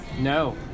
No